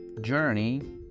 journey